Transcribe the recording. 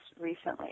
recently